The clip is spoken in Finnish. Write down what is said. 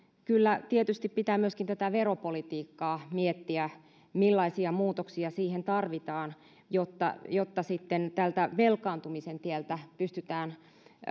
kyllä tietysti pitää myöskin veropolitiikkaa miettiä millaisia muutoksia siihen tarvitaan jotta jotta sitten tältä velkaantumisen tieltä pystytään